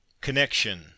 Connection